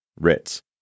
Ritz